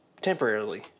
temporarily